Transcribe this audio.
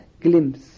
glimpse